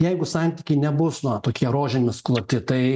jeigu santykiai nebus na tokie rožėmis kloti tai